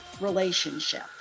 relationship